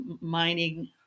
mining